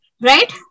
right